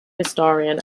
historian